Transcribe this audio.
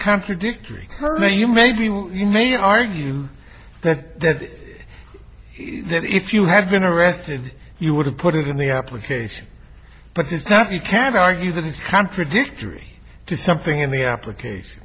contradictory her make you maybe you may argue that that that if you had been arrested you would have put it in the application but is that you can argue that it's contradictory to something in the application